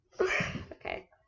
Okay